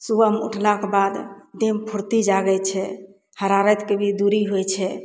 सुबहमे उठलाके बाद देहमे फुर्ती जागय छै हरारतके भी दूरी होइ छै